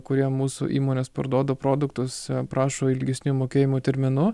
kuriem mūsų įmonės parduoda produktus prašo ilgesnių mokėjimo terminų